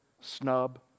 snub